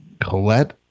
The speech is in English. Colette